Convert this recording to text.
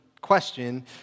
question